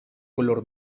color